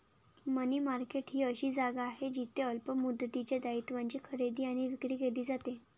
मनी market ही अशी जागा आहे जिथे अल्प मुदतीच्या दायित्वांची खरेदी आणि विक्री केली जाते